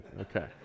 Okay